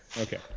Okay